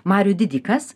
marių didikas